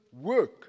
work